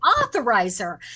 authorizer